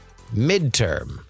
midterm